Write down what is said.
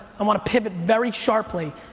i wanna pivot very sharply.